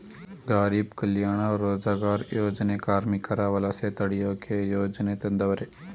ಗಾರೀಬ್ ಕಲ್ಯಾಣ ರೋಜಗಾರ್ ಯೋಜನೆ ಕಾರ್ಮಿಕರ ವಲಸೆ ತಡಿಯೋಕೆ ಯೋಜನೆ ತಂದವರೆ